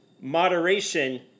moderation